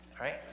right